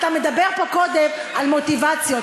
דיברת קודם על מוטיבציות,